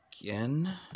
again